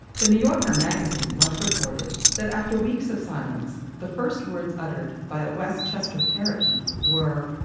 the new yorker magazine once reported that after weeks of silence, the first words uttered by a westchester parakeet were,